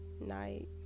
night